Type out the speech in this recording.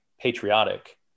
patriotic